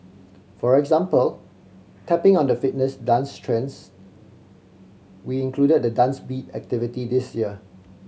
for example tapping on the fitness dance trends we included the Dance Beat activity this year